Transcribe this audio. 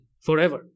forever